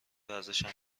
ورزشم